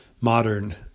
modern